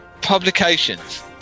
publications